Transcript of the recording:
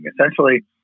Essentially